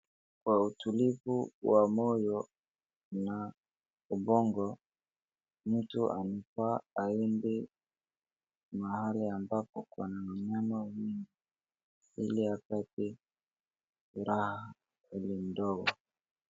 Kwa utulivu wa moyo na ubongo, mtu anafaa aende mahali ambapo kwenye kuna wanyama wengi ili apate furaha kwenye ubongo.